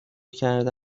کرده